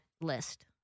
list